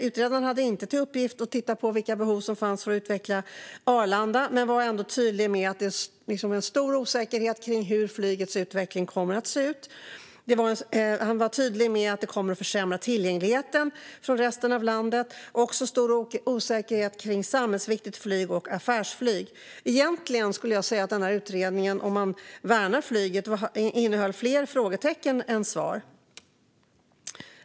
Utredaren hade inte i uppgift att titta på vilka behov som fanns av att utveckla Arlanda, men var ändå tydlig med att det finns en stor osäkerhet kring hur flygets utveckling kommer att se ut. Han var tydlig med att det kommer att försämra tillgängligheten från resten av landet. Det var också stor osäkerhet kring samhällsviktigt flyg och affärsflyg. Egentligen skulle jag säga att den här utredningen innehåller fler frågetecken än svar för dem som värnar flyget.